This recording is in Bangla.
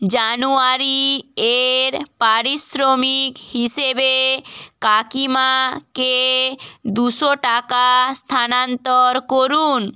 জানুয়ারি এর পারিশ্রমিক হিসেবে কাকিমাকে দুশো টাকা স্থানান্তর করুন